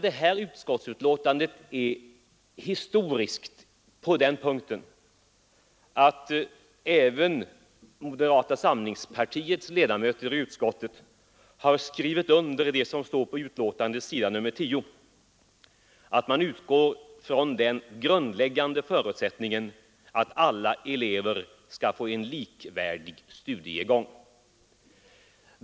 Det här utskottsbetänkandet är historiskt därigenom att även moderata samlingspartiets ledamöter i utskottet har skrivit under det som står på s. 10 i betänkandet, nämligen att man utgår från den grundläggande förutsättningen att alla elever skall få en likvärdig studiegång.